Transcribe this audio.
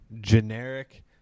generic